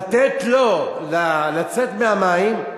לתת לו לצאת מהמים,